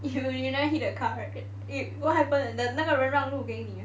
you you never hit the car right eh what happened 那个人让路给你